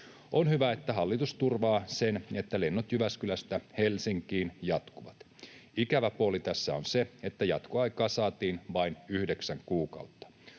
On hyvä, että hallitus turvaa sen, että lennot Jyväskylästä Helsinkiin jatkuvat. Ikävä puoli tässä on se, että jatkoaikaa saatiin vain yhdeksän kuukautta.